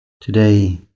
Today